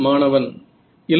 மாணவன் இல்லை